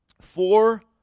four